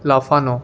লাফানো